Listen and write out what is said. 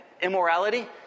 immorality